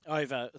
over